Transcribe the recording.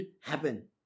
happen